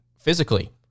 physically